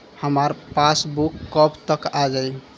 हमार पासबूक कब तक आ जाई?